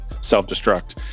self-destruct